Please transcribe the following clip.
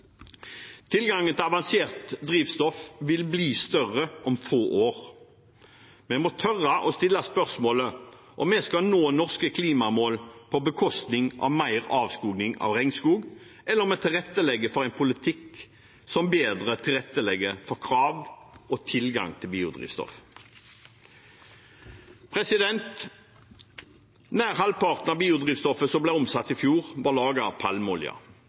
Tilgangen til avansert drivstoff vil bli større om få år. Vi må tørre å stille spørsmålet om vi skal nå norske klimamål på bekostning av mer avskoging av regnskog, eller om vi tilrettelegger for en politikk som bedre tilrettelegger for krav og tilgang til biodrivstoff. Nær halvparten av biodrivstoffet som ble omsatt i fjor,